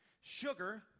sugar